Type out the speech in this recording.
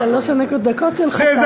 שלוש הדקות שלך תמו.